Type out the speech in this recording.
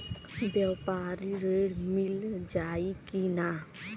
व्यापारी ऋण मिल जाई कि ना?